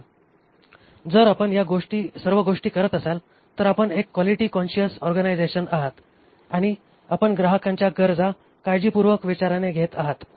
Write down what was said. म्हणून जर आपण या सर्व गोष्टी करत असाल तर आपण एक क्वालिटी कॉन्शिअस ऑर्गनायझेशन आहात आणि आपण ग्राहकांच्या गरजा काळजीपूर्वक विचारात घेत आहात